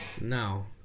No